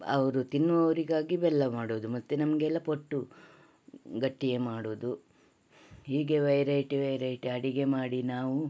ಅವರು ತಿನ್ನುವವರಿಗಾಗಿ ಬೆಲ್ಲ ಮಾಡೋದು ಮತ್ತು ನಮಗೆಲ್ಲಾ ಪೊಟ್ಟು ಗಟ್ಟಿಯೇ ಮಾಡೋದು ಹೀಗೆ ವೆರೈಟಿ ವೆರೈಟಿ ಅಡುಗೆ ಮಾಡಿ ನಾವು